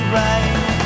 right